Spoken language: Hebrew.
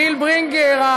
גיל ברינגר,